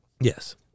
Yes